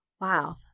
Wow